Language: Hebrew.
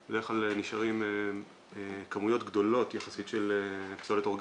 ואנחנו גם מכירים את הצרכים גם של הציבור וגם של איכות הסביבה,